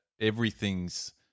everything's